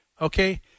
Okay